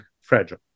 fragile